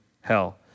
hell